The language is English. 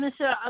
Mr